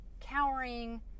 cowering